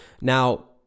Now